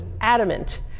adamant